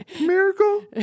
Miracle